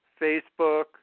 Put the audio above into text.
Facebook